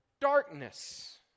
Darkness